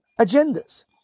agendas